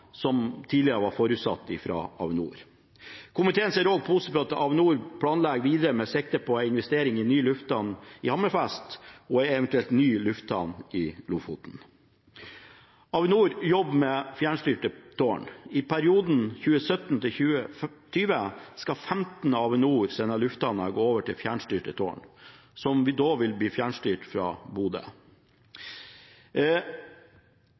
som tidligere forutsatt av Avinor. Komiteen ser også positivt på at Avinor planlegger videre med sikte på investering i ny lufthavn i Hammerfest og en eventuell ny lufthavn i Lofoten. Avinor jobber med fjernstyrte tårn. I perioden 2017–2020 skal 15 av Avinors lufthavner gå over til fjernstyrte tårn, som da vil bli fjernstyrt fra Bodø.